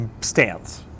stance